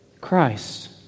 Christ